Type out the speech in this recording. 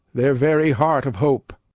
their very heart of hope.